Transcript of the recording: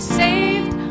saved